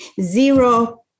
zero